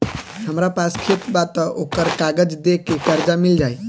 हमरा पास खेत बा त ओकर कागज दे के कर्जा मिल जाई?